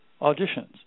auditions